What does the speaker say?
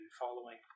following